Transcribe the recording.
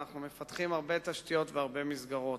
אנחנו מפתחים הרבה תשתיות והרבה מסגרות.